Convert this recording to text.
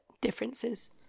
differences